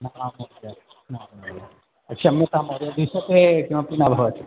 न महोदय महोदय क्षम्यतां महोदय द्विशते किमपि न भवति